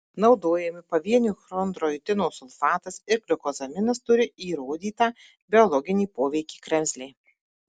naudojami pavieniui chondroitino sulfatas ir gliukozaminas turi įrodytą biologinį poveikį kremzlei